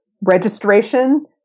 Registration